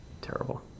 Terrible